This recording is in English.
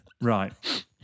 Right